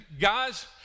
guys